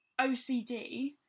OCD